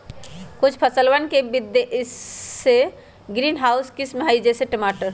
कुछ फसलवन के विशेष ग्रीनहाउस किस्म हई, जैसे टमाटर